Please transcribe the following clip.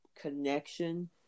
connection